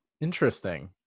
Interesting